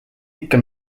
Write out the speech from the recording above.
ikka